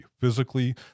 physically